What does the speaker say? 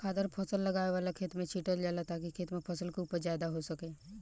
खादर फसल लगावे वाला खेत में छीटल जाला ताकि खेत में फसल के उपज ज्यादा हो सके